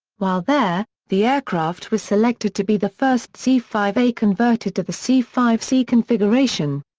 while there, the aircraft was selected to be the first c five a converted to the c five c configuration.